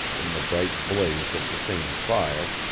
in the bright blaze of the same fire,